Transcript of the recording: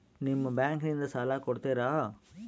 ನಿಮ್ಮ ಬ್ಯಾಂಕಿನಿಂದ ಸಾಲ ಕೊಡ್ತೇರಾ?